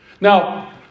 Now